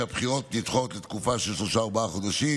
כשהבחירות נדחות לתקופה של שלושה-ארבעה חודשים,